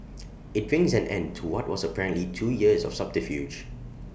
IT brings an end to what was apparently two years of subterfuge